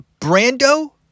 Brando